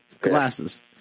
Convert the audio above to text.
Glasses